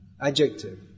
adjective